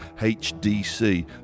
HDC